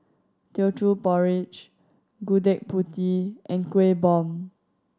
Teochew Porridge Gudeg Putih and Kueh Bom